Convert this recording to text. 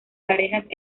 parejas